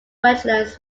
wetlands